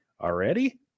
Already